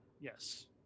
Yes